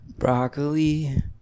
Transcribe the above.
broccoli